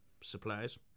supplies